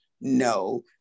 no